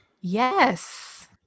Yes